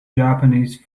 japanese